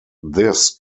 this